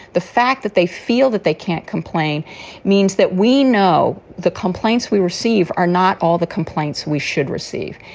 the fact that they feel that they can't complain means that we know the complaints we receive are not all the complaints we should receive.